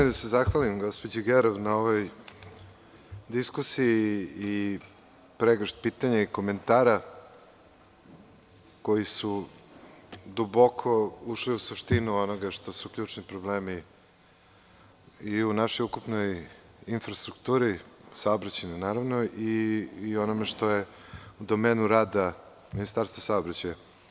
Želim da se zahvalim gospođi Gerov na ovoj diskusiji i pregršt pitanja i komentara koji su duboko ušli u suštinu onoga što su ključni problemi i u našoj ukupnoj infrastrukturi, saobraćajnoj naravno, i u onome što je u domenu rada Ministarstva saobraćaja.